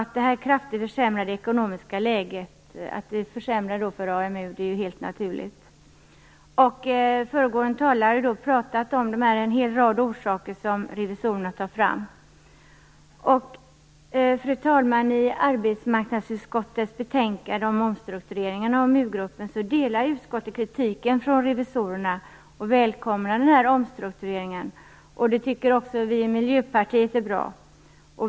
Att det kraftigt försämrade ekonomiska läget försämrar för AMU är helt naturligt. Föregående talare har nämnt en rad orsaker som revisorerna tagit fram. Fru talman! I arbetsmarknadsutskottets betänkande om omstrukturering av AmuGruppen delar utskottet kritiken från revisorerna och välkomnar omstruktureringen. Det tycker vi i Miljöpartiet är bra.